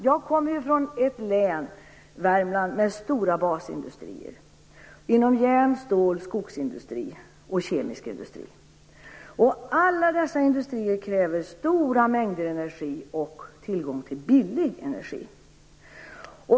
Jag kommer från ett län, Värmlands län, med stora basindustrier inom järn-, stål och skogsindustri och kemisk industri. Alla dessa industrier kräver stora mängder energi, liksom tillgång till billig energi.